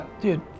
dude